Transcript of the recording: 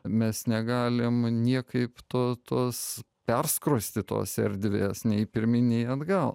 mes negalim niekaip to tos perskrosti tos erdvės nei pirmyn nei atgal